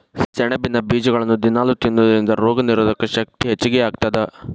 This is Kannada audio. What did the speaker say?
ಸೆಣಬಿನ ಬೇಜಗಳನ್ನ ದಿನಾಲೂ ತಿನ್ನೋದರಿಂದ ರೋಗನಿರೋಧಕ ಶಕ್ತಿ ಹೆಚ್ಚಗಿ ಆಗತ್ತದ